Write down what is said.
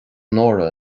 nóra